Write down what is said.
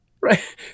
Right